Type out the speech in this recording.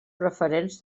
preferents